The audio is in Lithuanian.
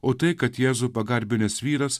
o tai kad jėzų pagarbinęs vyras